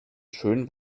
schön